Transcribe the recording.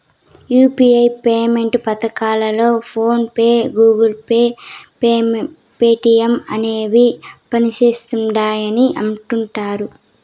UPI payment పద్దతిలో PhonePe, Google Pay, Paytm అనేవి పనిసేస్తిండాయని అంటుడారు